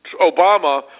Obama